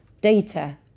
data